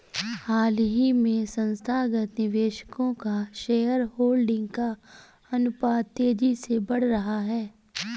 हाल ही में संस्थागत निवेशकों का शेयरहोल्डिंग का अनुपात तेज़ी से बढ़ रहा है